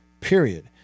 period